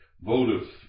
votive